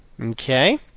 Okay